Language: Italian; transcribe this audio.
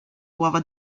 uova